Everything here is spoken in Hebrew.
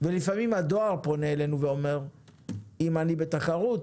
לפעמים הדואר פונה אלינו ואומר: אם אני בתחרות